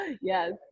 Yes